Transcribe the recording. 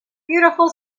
beautiful